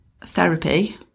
Therapy